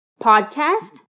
podcast